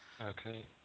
Okay